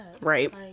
Right